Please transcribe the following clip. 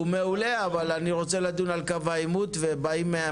הוא מעולה אבל אני רוצה לדון על קו העימות ובאים מהנגב.